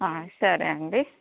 సరే అండి